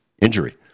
injury